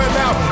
now